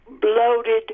bloated